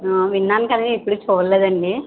ఆ విన్నాను కానీ ఎప్పుడూ చూడలేదండి